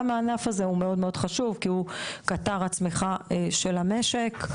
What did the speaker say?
גם הענף הזה מאוד חשוב כי הוא קטר הצמיחה של המשק.